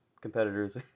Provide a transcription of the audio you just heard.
competitors